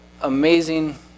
amazing